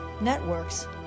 networks